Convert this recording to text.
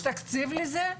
יש תקציב לזה?